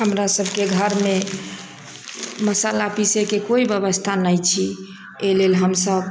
हमरासबके घर मे मशाला पीसै के कोइ व्यवस्था नहि छै एहि लेल हमसब